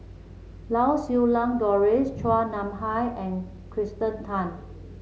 Lau Siew Lang Doris Chua Nam Hai and Kirsten Tan